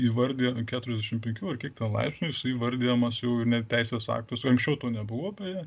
įvardija ant keturiasdešimt penkių ant kiek ten laipsnių jisai įvardijamas ir jau net teisės aktuose anksčiau to nebuvo beje